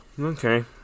okay